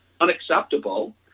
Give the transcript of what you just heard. unacceptable